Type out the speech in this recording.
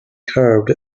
curved